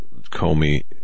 Comey